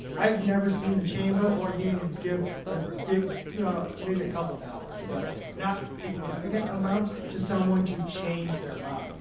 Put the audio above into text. i've never seen the chamber or unions give a big, you know maybe a couple dollars but not significant amounts to someone to change their